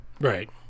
right